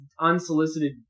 unsolicited